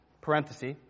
parenthesis